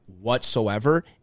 whatsoever